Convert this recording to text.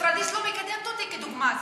פוריידיס לא מקדמת אותי כדוגמה.